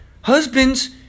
Husbands